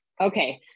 Okay